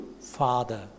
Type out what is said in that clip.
father